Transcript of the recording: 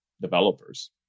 developers